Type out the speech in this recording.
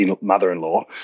mother-in-law